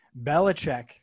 Belichick